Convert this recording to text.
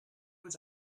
was